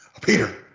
Peter